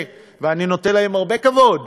ואני נותן להם הרבה כבוד,